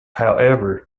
however